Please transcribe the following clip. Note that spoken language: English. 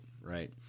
right